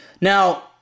Now